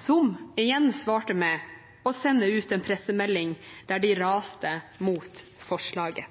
Disse igjen svarte med å sende ut en pressemelding der de raste mot forslaget.